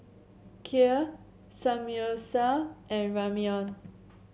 Kheer Samgyeopsal and Ramyeon